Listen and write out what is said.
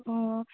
ꯑꯣ